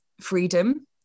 freedom